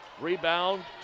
rebound